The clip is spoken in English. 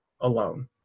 alone